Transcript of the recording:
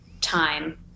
time